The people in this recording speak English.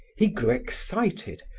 he grew excited.